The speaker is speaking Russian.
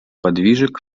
подвижек